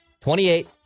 28